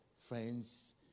friends